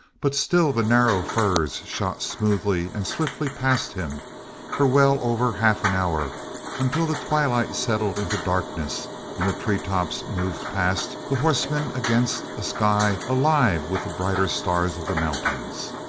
but still the narrow firs shot smoothly and swiftly past him for well over half an hour until the twilight settled into darkness and the treetops moved past the horseman against a sky alive with the brighter stars of the mountains.